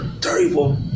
terrible